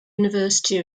university